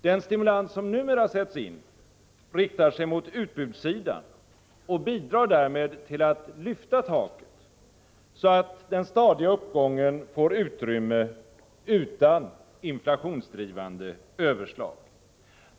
Den stimulans som numera sätts in riktar sig mot utbudssidan och bidrar därmed till att lyfta taket, så att den stadiga uppgången får utrymme utan inflationsdrivande överslag.